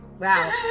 Wow